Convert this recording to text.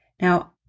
Now